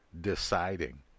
deciding